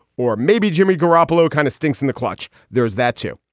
or maybe jimmy garoppolo kind of stinks in the clutch. there's that too